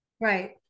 Right